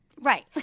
Right